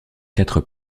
quatre